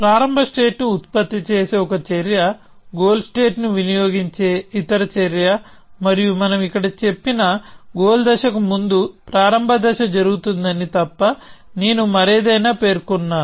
ప్రారంభ స్టేట్ ని ఉత్పత్తి చేసే ఒక చర్య గోల్ స్టేట్ ని వినియోగించే ఇతర చర్య మరియు మనం ఇక్కడ చెప్పిన గోల్ దశకు ముందు ప్రారంభ దశ జరుగుతుందని తప్ప నేను మరేదైనా పేర్కొనాను